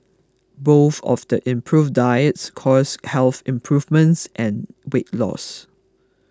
both of the improved diets caused health improvements and weight loss